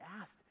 asked